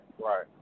right